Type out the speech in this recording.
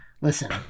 Listen